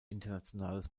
internationales